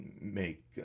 make